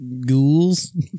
ghouls